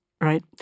right